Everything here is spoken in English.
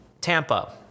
Tampa